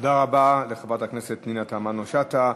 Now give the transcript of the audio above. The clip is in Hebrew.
תודה רבה לחברת הכנסת פנינה תמנו-שטה.